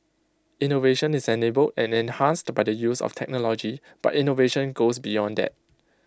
innovation is enabled and enhanced by the use of technology but innovation goes beyond that